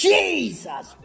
Jesus